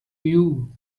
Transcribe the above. you